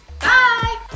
bye